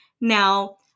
now